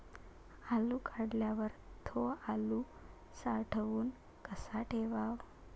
आलू काढल्यावर थो आलू साठवून कसा ठेवाव?